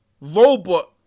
robot